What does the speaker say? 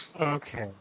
Okay